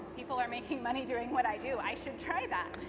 people are making money doing what i do. i should try that.